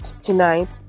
tonight